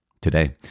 today